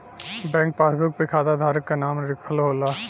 bank passbook पे खाता धारक क नाम लिखल होला